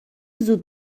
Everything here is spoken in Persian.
زود